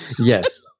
Yes